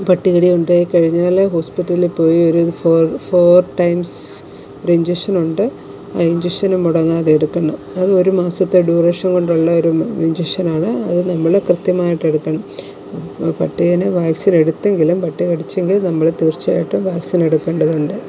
പട്ടി കടി ഉണ്ടായിക്കഴിഞ്ഞാൽ ഹോസ്പിറ്റലിൽ പോയി ഒരു ഫോ ഫോർ ടൈംസ് ഒരു ഇഞ്ചക്ഷൻ ഉണ്ട് ആ ഇഞ്ചക്ഷൻ മുടങ്ങാതെ എടുക്കണം അത് ഒരുമാസത്തെ ഡ്യൂറേഷൻ കൊണ്ടുള്ള ഒരു ഇഞ്ചക്ഷൻ ആണ് അത് നമ്മൾ കൃത്യമായിട്ട് എടുക്കണം പട്ടിനെ വാക്സിൻ എടുത്തെങ്കിലും പട്ടി കടിച്ചെങ്കിൽ നമ്മൾ തീർച്ചയായിട്ടും വാക്സിൻ എടുക്കേണ്ടതുണ്ട്